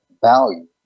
value